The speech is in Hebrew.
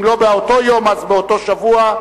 אם לא באותו יום אז באותו שבוע,